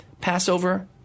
Passover